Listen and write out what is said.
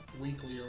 weekly